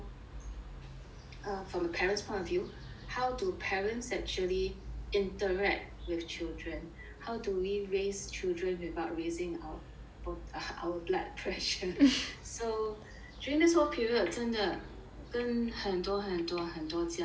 uh from a parent's point of view how do parents actually interact with children how do we raise children without raising our but our blood pressure so during this whole period 真的跟很多很多很多家长